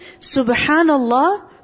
SubhanAllah